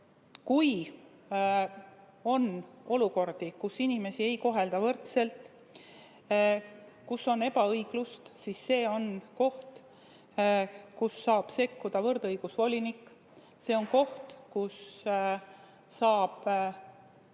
Kui on olukordi, kus inimesi ei kohelda võrdselt, kus on ebaõiglust, siis see on koht, kus saab sekkuda võrdõigusvolinik. See on koht, kus saavad